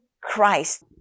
Christ